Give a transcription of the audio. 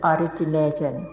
Origination